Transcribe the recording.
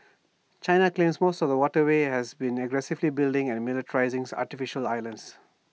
China claims most of the waterway and has been aggressively building and militarising artificial islands